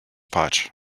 potch